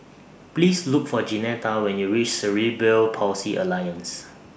Please Look For Jeanetta when YOU REACH Cerebral Palsy Alliance